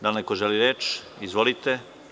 Da li neko želi reč? (Da) Izvolite.